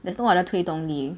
there's no other 推动力